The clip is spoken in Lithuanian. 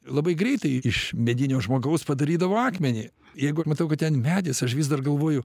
labai greitai iš medinio žmogaus padarydavo akmenį jeigu matau kad ten medis aš vis dar galvoju